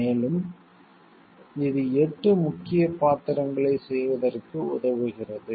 மேலும் இது 8 முக்கியப் பாத்திரங்களைச் செய்வதற்கு உதவுகிறது